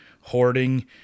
hoarding